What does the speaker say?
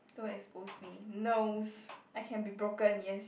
don't expose me nose I can be broken yes